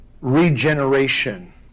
regeneration